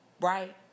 Right